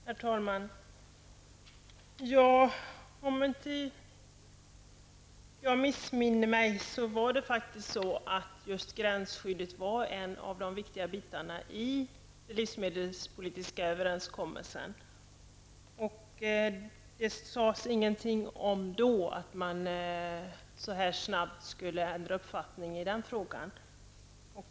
Herr talman! Om inte jag missminner mig var faktiskt gränsskyddet en av de viktiga frågorna i den livsmedelspolitiska överenskommelsen. Då sades det ingenting om att man så snabbt skulle ändra uppfattning i denna fråga.